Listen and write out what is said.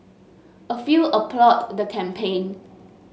a few applauded the campaign